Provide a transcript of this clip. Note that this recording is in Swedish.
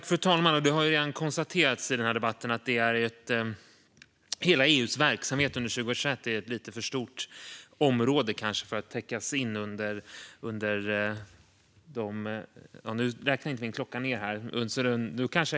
Fru talman! Det har redan konstaterats i denna debatt att hela EU:s verksamhet under 2021 är ett lite för stort område för att täckas in här.